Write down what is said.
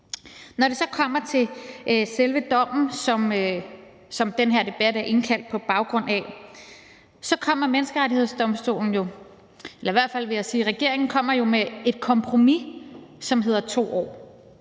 Når det så kommer til selve dommen, som den her debat er indkaldt på baggrund af, så kommer regeringen jo med et kompromis, som hedder 2 år.